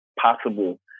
possible